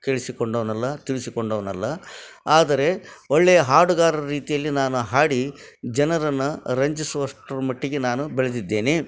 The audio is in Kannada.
ಕೇಳಿಸಿಕೊಂಡವ್ನಲ್ಲ ತಿಳಿಸಿಕೊಂಡವ್ನಲ್ಲ ಆದರೆ ಒಳ್ಳೆಯ ಹಾಡುಗಾರರ ರೀತಿಯಲ್ಲಿ ನಾನು ಹಾಡಿ ಜನರನ್ನು ರಂಜಿಸುವಷ್ಟ್ರ ಮಟ್ಟಿಗೆ ನಾನು ಬೆಳೆದಿದ್ದೇನೆ